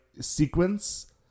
sequence